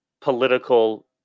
political